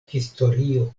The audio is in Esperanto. historio